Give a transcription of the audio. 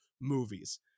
movies